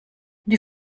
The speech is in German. die